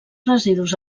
residus